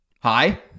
hi